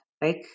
right